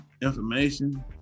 information